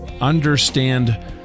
understand